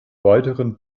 weiteren